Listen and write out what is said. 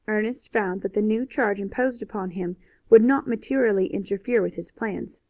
ernest found that the new charge imposed upon him would not materially interfere with his plans.